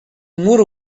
more